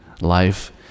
life